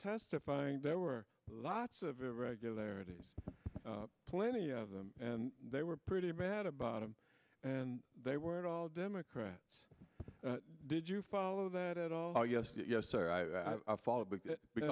testifying there were lots of irregularities plenty of them and they were pretty bad about them and they were all democrats did you follow that at all yes yes sir i followed the